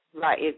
Right